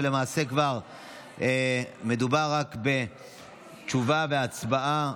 למעשה מדובר רק בתשובה והצבעה.